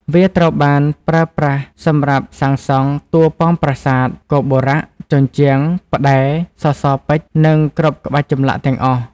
វាត្រូវបានប្រើប្រាស់សម្រាប់សាងសង់ តួប៉មប្រាសាទ គោបុរៈ ជញ្ជាំង ផ្តែរ សសរពេជ្រ និងគ្រប់ក្បាច់ចម្លាក់ ទាំងអស់។